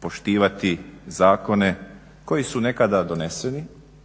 poštivati zakone koji su nekada doneseni,